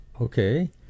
Okay